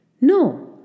No